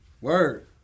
Word